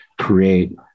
create